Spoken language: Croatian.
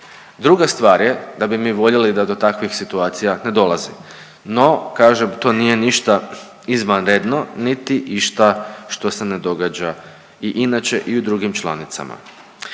Druga stvar je da bi mi voljeli da do takvih situacija ne dolazi, no kažem to nije ništa izvanredno, niti išta što se ne događa i inače i u drugim članicama.